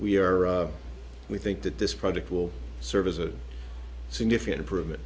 we are we think that this project will serve as a significant improvement